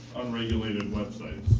unregulated websites.